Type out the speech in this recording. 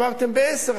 אמרתם ב-10:00,